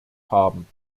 haben